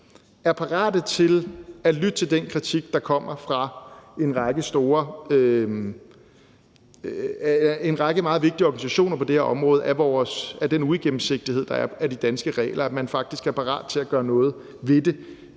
er parate til at lytte til den kritik, der kommer fra en række meget vigtige organisationer på det her område, af den uigennemsigtighed, der er i de danske regler, og at man faktisk er parat til at gøre noget ved det